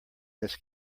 this